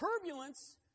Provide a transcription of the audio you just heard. Turbulence